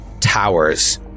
towers